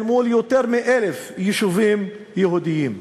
אל מול יותר מ-1,000 יישובים יהודיים.